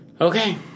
Okay